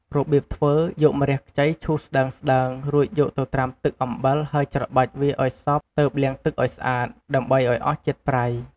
របៀបធ្វើ យកម្រះខ្ចីឈូសស្តើងៗ រួចយកទៅត្រាំទឹកអំបិលហើយច្របាច់វាឱ្យសព្វទើបលាងទឹកឱ្យស្អាត ដើម្បីឱ្យអស់ជាតិប្រៃ ។